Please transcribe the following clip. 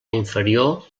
inferior